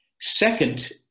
Second